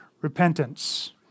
repentance